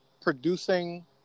producing